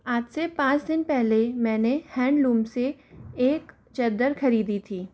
आज से पाँच दिन पहले मैंने हैंडलूम से एक चद्दर खरीदी थी